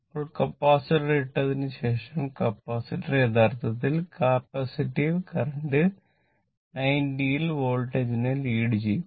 ഇപ്പോൾ കപ്പാസിറ്റർ ഇട്ടതിനുശേഷം കപ്പാസിറ്റർ യഥാർത്ഥത്തിൽ കപ്പാസിറ്റീവ് കറന്റ് 90 o യിൽ വോൾട്ടേജിനെ ലീഡ് ചെയ്യും